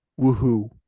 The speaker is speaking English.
Woohoo